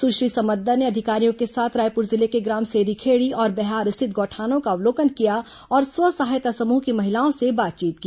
सुश्री समद्दर ने अधिकारियों के साथ रायपुर जिले के ग्राम सेरीखेड़ी और बैहार स्थित गौठानों का अवलोकन किया और स्व सहायता समूह की महिलाओं से बातचीत की